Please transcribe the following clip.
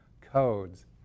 codes